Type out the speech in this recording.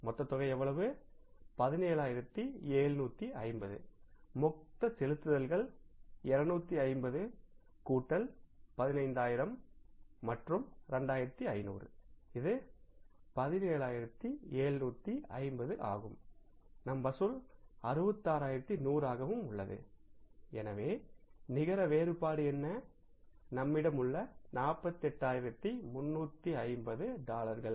மொத்த தொகை எவ்வளவு 17750 மொத்தம் செலுத்துதல்கள் 250 கூட்டல் 15000 மற்றும் 2500 இது 17750 ஆகும் நம் வசூல் 66100 ஆகவும் உள்ளது எனவே நிகர வேறுபாடு என்ன நம்மிடம் உள்ள 48350 டாலர்கள்